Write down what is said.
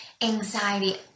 anxiety